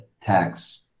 tax